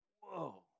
Whoa